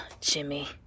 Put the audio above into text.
Jimmy